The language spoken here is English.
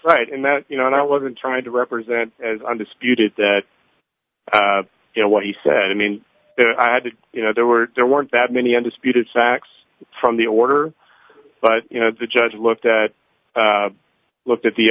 right and that you know and i wasn't trying to represent as undisputed that you know what he said i mean i had to you know there were there weren't that many undisputed facts from the order but you know the judge looked at looked at the